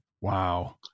Wow